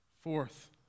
Fourth